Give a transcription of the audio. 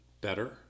better